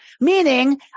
meaning